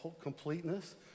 completeness